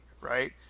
right